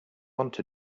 want